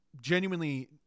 genuinely